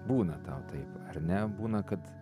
būna tau taip ar ne būna kad